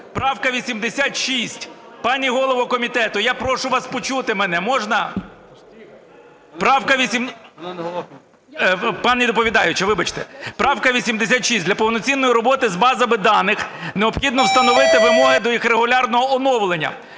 Правка 86. Пані голово комітету, я прошу вас почути мене. Можна? Правка... Пані доповідаюча, вибачте. Правка 86 для повноцінної роботи з базами даних необхідно встановити вимоги до їх регулярного оновлення.